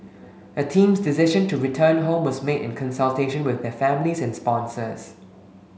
the team's decision to return home was made in consultation with their families and sponsors